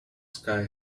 sky